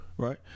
Right